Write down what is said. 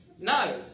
No